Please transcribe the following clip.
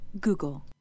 Google